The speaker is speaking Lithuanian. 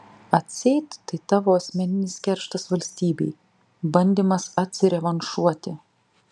atseit tai tavo asmeninis kerštas valstybei bandymas atsirevanšuoti